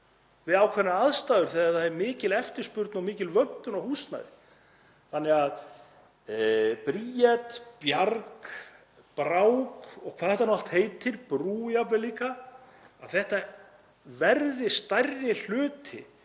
við ákveðnar aðstæður þegar það er mikil eftirspurn og mikil vöntun á húsnæði. Bríet, Bjarg, Brá og hvað þetta allt heitir, Brú jafnvel líka; ef þetta yrði stærri hluti